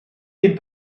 den